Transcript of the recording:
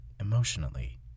emotionally